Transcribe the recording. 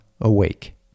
AWAKE